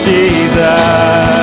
Jesus